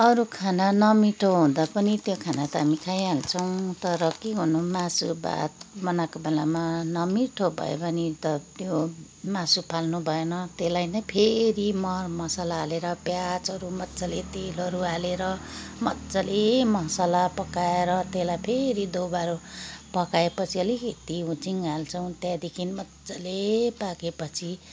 अरू खाना नमिठो हुँदा पनि त्यो खाना त हामी खाइहाल्छौँ तर के गर्नु मासु भात बनाएको बेलामा नमिठो भयो भने त त्यो मासु फाल्नु भएन त्यसलाई नै फेरि मरमसाला हालेर प्याजहरू मज्जाले तेलहरू हालेर मज्जाले मसला पकाएर त्यसलाई फेरि दोबारा पकाएपछि अलिकति हुचिङ हाल्छौँ त्यहाँदेखि मज्जाले पाकेपछि